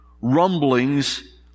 rumblings